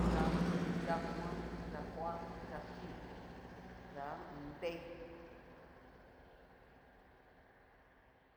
Ya'a ho o on. kuan, ya'a koa, yá'a kui, ya'a ho o on. nrei.